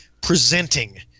presenting